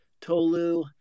Tolu